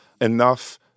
enough